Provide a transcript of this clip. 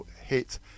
hit